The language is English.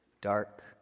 dark